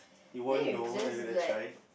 you won't know if you never gonna try